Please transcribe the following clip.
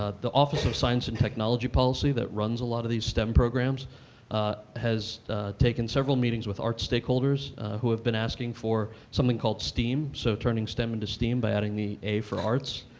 ah the office of science and technology policy that runs a lot of these stem programs has taken several meetings with art stakeholders who have been asking for something called steam, so turning stem into steam by adding the a for arts.